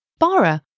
Bora